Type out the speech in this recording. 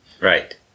Right